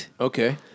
Okay